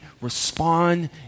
respond